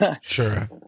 Sure